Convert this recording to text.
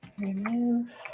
remove